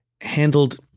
handled